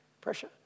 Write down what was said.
pressure